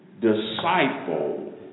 disciple